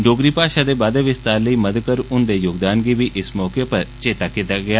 डोगरी भाषा दे बाद्दे विस्तार लेई मधुकर हुन्दे योगदान गी बी इस मौके चेत्ता कीता गेआ